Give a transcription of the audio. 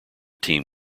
team